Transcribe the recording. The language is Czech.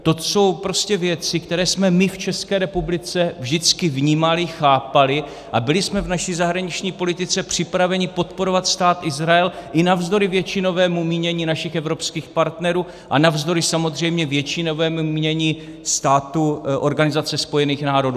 To jsou prostě věci, které jsme my v České republice vždycky vnímali, chápali, a byli jsme v naší zahraniční politice připraveni podporovat Stát Izrael i navzdory většinovému mínění našich evropských partnerů a navzdory samozřejmě většinovému mínění států Organizace spojených národů.